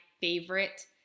favorite